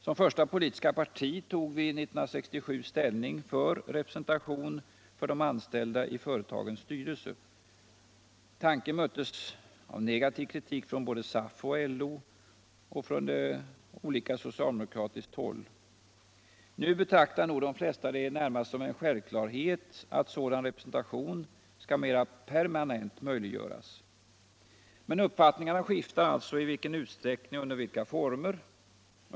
Som första politiska parti tog vi 1967 ställning för representation för de anställda i företagens styrelser. Tanken möttes av negativ kritik från både SAF och LO samt från skilda håll inom socialdemokratin. Nu betraktar nog de flesta det närmast som en självklarhet att sådan representation skall mera permanent möjliggöras, men uppfattningarna skiftar alltså om i vilken utsträckning och under vilka former.